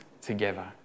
together